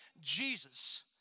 Jesus